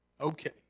Okay